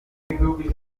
yongeyeho